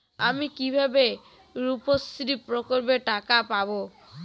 আমি কিভাবে রুপশ্রী প্রকল্পের টাকা পাবো?